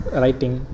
writing